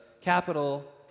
capital